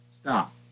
Stop